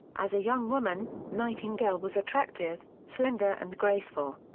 as a young woman, nightingale was attractive, slender and graceful.